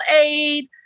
aid